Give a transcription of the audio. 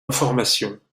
information